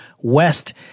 west